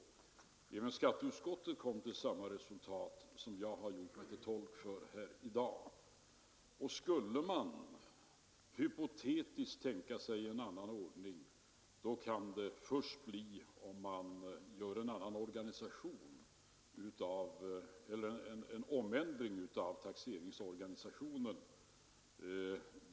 Även skatteutskottet kom till samma resultat som jag har gjort mig till tolk för här i dag. Skulle man hypotetiskt tänka sig en annan ordning, kan denna komma till stånd först vid en ändring av taxeringsorganisationen.